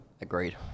Agreed